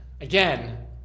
again